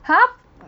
!huh!